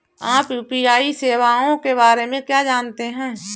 आप यू.पी.आई सेवाओं के बारे में क्या जानते हैं?